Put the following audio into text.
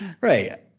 Right